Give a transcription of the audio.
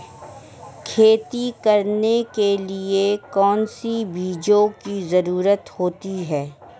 खेती करने के लिए कौनसी चीज़ों की ज़रूरत होती हैं?